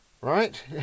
right